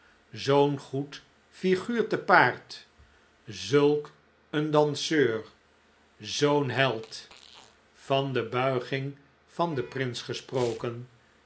zoo'n goed flguur te paard zulk een danseur zoo'n held van de buiging van den prins gesproken